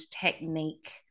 technique